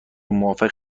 موافق